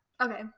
Okay